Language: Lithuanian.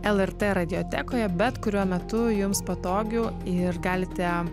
lrt radiotekoje bet kuriuo metu jums patogiau ir galite